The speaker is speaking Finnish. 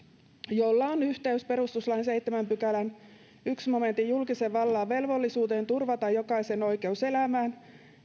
jolla on yhteys perustuslain seitsemännen pykälän ensimmäisen momentin julkisen vallan velvollisuuteen turvata jokaisen oikeus elämään